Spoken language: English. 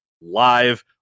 live